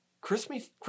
Christmas